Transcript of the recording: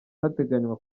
hateganywa